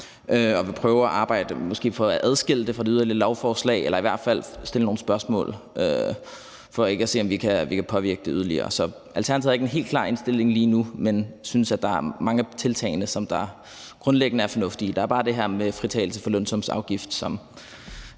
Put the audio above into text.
vi vil prøve at arbejde for måske at få det skilt ud fra det øvrige lovforslag eller i hvert fald stille nogle spørgsmål for at se, om vi kan påvirke det yderligere. Så Alternativet har ikke en helt klar indstilling lige nu, men synes, at der er mange af tiltagene, der grundlæggende er fornuftige. Der er bare det her med fritagelse for lønsumsafgift,